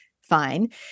fine